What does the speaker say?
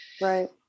Right